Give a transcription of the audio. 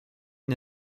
une